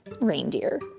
reindeer